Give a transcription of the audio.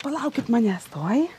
palaukit manęs tuoj